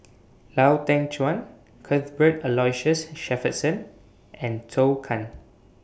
Lau Teng Chuan Cuthbert Aloysius Shepherdson and Zhou Can